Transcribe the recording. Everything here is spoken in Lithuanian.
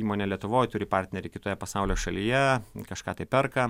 įmonė lietuvoj turi partnerį kitoje pasaulio šalyje kažką tai perka